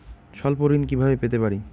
স্বল্প ঋণ কিভাবে পেতে পারি?